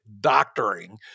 doctoring